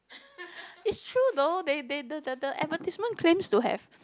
it's true though they they the the the advertisement claims to have